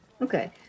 Okay